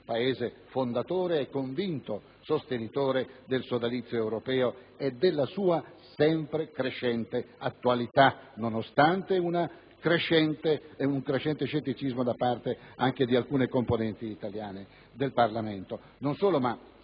Paese fondatore e convinto sostenitore del sodalizio europeo e della sua sempre maggiore attualità, nonostante un crescente scetticismo da parte anche di alcune componenti italiane del Parlamento. Non solo, ma